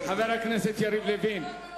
חבר הכנסת יריב לוין.